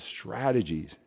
strategies